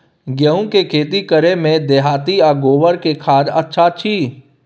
गेहूं के खेती करे में देहाती आ गोबर के खाद अच्छा छी?